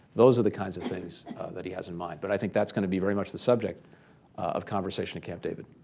those are the kinds of things that he has in mind. but i think that's going to be very much the subject of conversation at camp david.